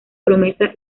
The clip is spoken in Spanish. promesa